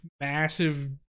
massive